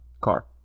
Car